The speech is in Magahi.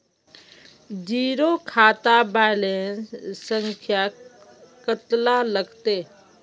जीरो खाता बैलेंस संख्या कतला लगते?